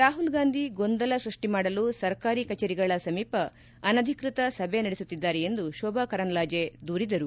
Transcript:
ರಾಹುಲ್ ಗಾಂಧಿ ಗೊಂದಲ ಸೃಷ್ಠಿ ಮಾಡಲು ಸರ್ಕಾರಿ ಕಚೇರಿಗಳ ಸಮೀಪ ಅನಧಿಕೃತ ಸಭೆ ನಡೆಸುತ್ತಿದ್ದಾರೆ ಎಂದು ಶೋಭಾ ಕರಂದ್ಲಾಜೆ ದೂರಿದರು